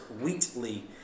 Wheatley